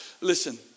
Listen